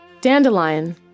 Dandelion